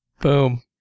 Boom